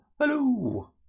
Hello